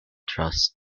trust